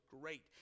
great